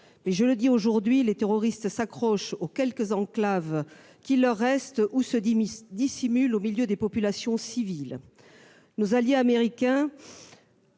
je le dis aujourd'hui, les terroristes s'accrochent aux quelques enclaves qu'il leur reste ou se dissimulent au milieu des populations civiles.